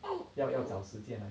要要找时间 ah